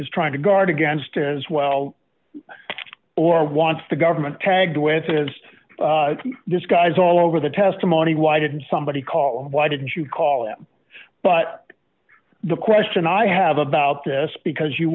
is trying to guard against as well or wants the government tagged with this guy's all over the testimony why didn't somebody call why did you call them but the question i have about this because you